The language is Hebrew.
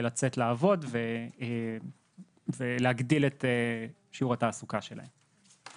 לצאת לעבוד ולהגדיל את שיעור התעסוקה שלהם.